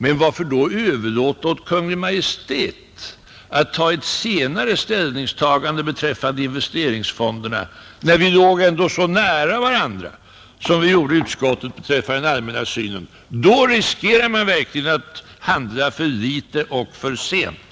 Men varför då överlåta åt Kungl. Maj:t att göra ett senare ställningstagande beträffande investeringsfonderna, när vi ändå låg så nära varandra som vi gjorde i utskottet beträffande den allmänna synen på detta? Då riskerar man verkligen att handla för litet och för sent.